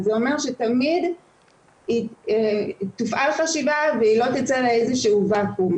זה אומר שתמיד היא תופעל חשיבה והיא לא תצא לאיזה שהוא וקום.